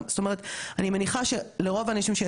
אלו סכומים יחסית נמוכים שהם יכול להיות לא ידעו מהם,